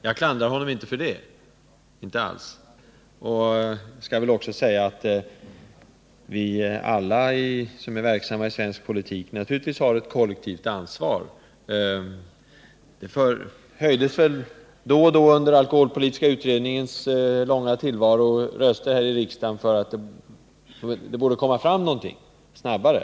Jag klandrar honom inte för det —- inte alls! Jag vill också säga, att vi alla som är verksamma i svensk politik naturligtvis har ett kollektivt ansvar. Det höjdes då och då under alkoholpolitiska utredningens långa tillvaro röster här i riksdagen för att det borde komma fram resultat snabbare.